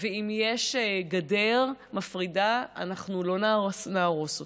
ואם יש גדר מפרידה, לא נהרוס אותה.